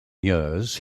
years